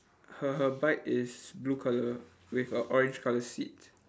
her her bike is blue colour with a orange colour seat